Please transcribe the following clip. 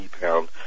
pound